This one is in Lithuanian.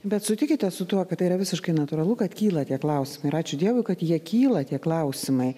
bet sutikite su tuo kad tai yra visiškai natūralu kad kyla tie klausimai ir ačiū dievui kad jie kyla tie klausimai